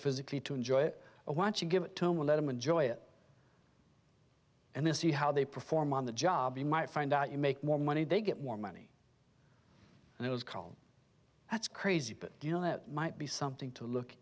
physically to enjoy it or want to give it to him let them enjoy it and then see how they perform on the job you might find out you make more money they get more money and it was cold that's crazy but you know there might be something to look